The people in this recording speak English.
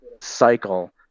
cycle